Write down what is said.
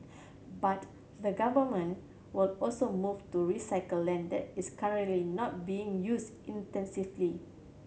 but the Government will also move to recycle land the it's currently not being used intensely